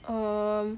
um